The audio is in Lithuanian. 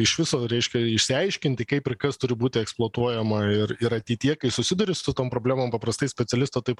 iš viso reiškia išsiaiškinti kaip ir kas turi būti eksploatuojama ir ir ateityje kai susiduri su tom problemom paprastai specialisto taip